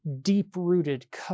deep-rooted